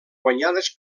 guanyades